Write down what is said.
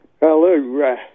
Hello